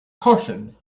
caution